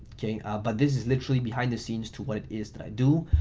okay. but this is literally behind the scenes to what it is that i do,